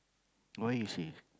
why you say